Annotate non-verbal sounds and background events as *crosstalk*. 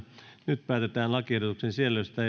nyt päätetään lakiehdotusten sisällöstä *unintelligible*